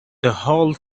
whole